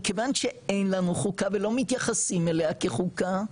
מכיוון שאין לנו חוקה ולא מתייחסים אליה כחוקה,